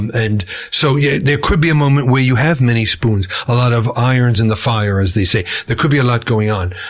and so yeah there could be a moment where you have many spoons, a lot of irons in the fire as they say. there could be a lot going on.